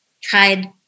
tried